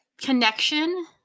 connection